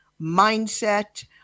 mindset